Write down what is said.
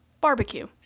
Barbecue